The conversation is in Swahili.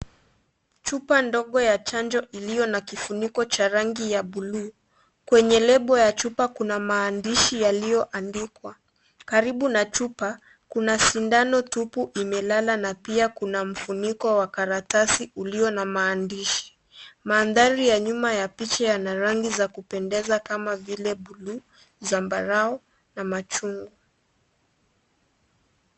Chupa ndogo ya chanjo iliyo na kifuniko cha rangi ya bluu. Kwenye lebo ya chupa kuna maandishi yaliyoandikwa. Karibu na chupa kuna sindano tupu imelala na pia kuna mfuniko wa karatasi ulio na maandishi. Mandhari ya nyuma ya picha yana rangi za kupendeza kama vile bluu, zambarau na machungu.